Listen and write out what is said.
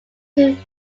him